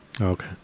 okay